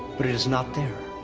but it is not there.